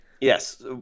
Yes